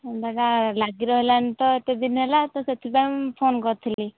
ଥଣ୍ଡାଟା ଲାଗିରହିଲାଣି ତ ଏତେ ଦିନ ହେଲା ତ ସେଥିପାଇଁ ଫୋନ୍ କରିଥିଲି